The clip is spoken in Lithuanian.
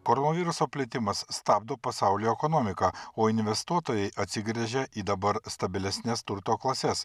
koronaviruso plitimas stabdo pasaulio ekonomiką o investuotojai atsigręžia į dabar stabilesnes turto klases